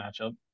matchup